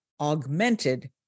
augmented